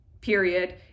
period